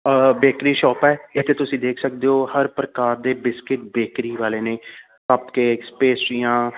bakery shop ਹੈ ਇੱਥੇ ਤੁਸੀਂ ਦੇਖ ਸਕਦੇ ਹੋ ਹਰ ਪ੍ਰਕਾਰ ਦੇ ਬਿਸਕਿਟ ਬੇਕਰੀ ਵਾਲੇ ਨੇ ਕੱਪ ਕੇਕਸ ਪੇਸਟਰੀਆਂ